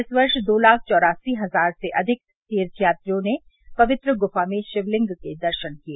इस वर्ष दो लाख चौरासी हजार से अधिक तीर्थयात्रियों ने पवित्र ग्फा में शिवलिंग के दर्शन किए